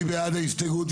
מי בעד ההסתייגות?